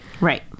right